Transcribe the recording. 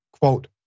quote